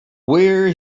where